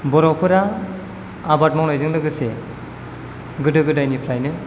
बर'फोरा आबाद मावनायजों लोगोसे गोदो गोदायनिफ्रायनो